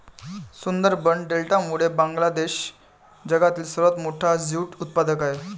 सुंदरबन डेल्टामुळे बांगलादेश जगातील सर्वात मोठा ज्यूट उत्पादक आहे